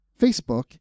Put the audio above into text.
Facebook